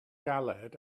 galed